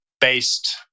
based